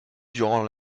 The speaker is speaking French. durant